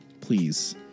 Please